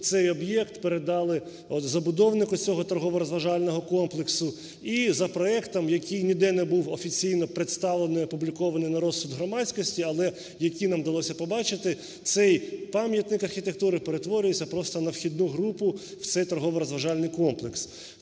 цей об'єкт передали забудовнику цього торгово-розважального комплексу. І за проектом, який ніде не був офіційно представлений і опублікований на розсуд громадськості, але який нам вдалося побачити, цей пам'ятник архітектури перетворюється просто на вхідну групу в цей торгово-розважальний комплекс.